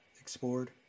explored